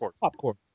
popcorn